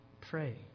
pray